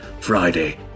Friday